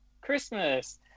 Christmas